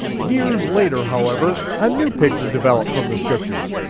years later, however, a new picture developed from the scriptures,